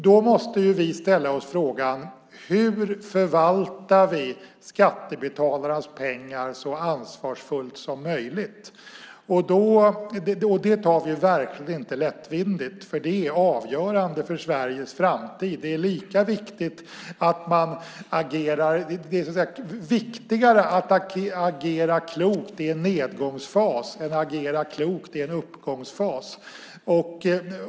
Då måste vi ställa oss frågan: Hur förvaltar vi skattebetalarnas pengar så ansvarsfullt som möjligt? Den frågan tar vi verkligen inte lättvindigt på, för det är avgörande för Sveriges framtid. Det är så att säga viktigare att agera klokt i en nedgångsfas än att agera klokt i en uppgångsfas.